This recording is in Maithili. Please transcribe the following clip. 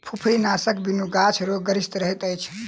फुफरीनाशकक बिनु गाछ रोगग्रसित रहैत अछि